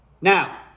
Now